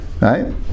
right